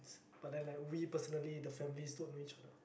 but then like we personally the families don't know each other